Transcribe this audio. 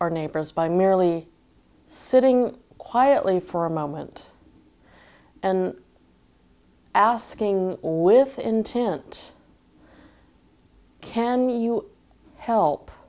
our neighbors by merely sitting quietly for a moment and asking with intent can you help